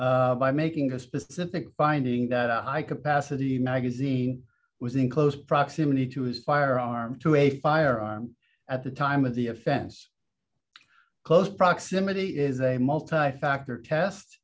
by making a specific finding that a high capacity magazine was in close proximity to his firearm to a firearm at the time of the offense close proximity is a multi factor test